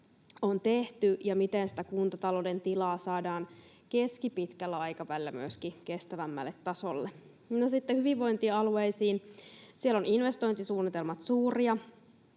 on tehty ja miten sitä kuntatalouden tilaa saadaan keskipitkällä aikavälillä myöskin kestävämmälle tasolle. No sitten hyvinvointialueisiin: Siellä ovat investointisuunnitelmat suuria,